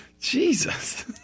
Jesus